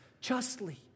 justly